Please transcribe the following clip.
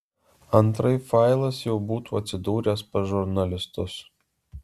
antraip failas jau būtų atsidūręs pas žurnalistus